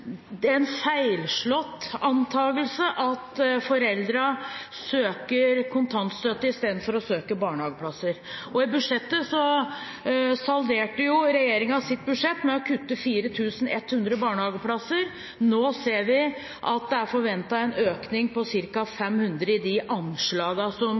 det i mange kommuner nå er en feilslått antagelse om at foreldre søker om kontantstøtte i stedet for å søke om barnehageplasser. I budsjettet salderte regjeringen sitt budsjett ved å kutte 4 100 barnehageplasser. Nå ser vi at det er forventet en økning på ca. 500 i de anslagene som